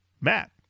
Matt